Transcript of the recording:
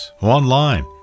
online